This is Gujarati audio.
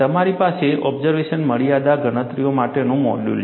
તમારી પાસે ઓબ્ઝર્વેશન મર્યાદા ગણતરીઓ માટેનું મોડ્યુલ છે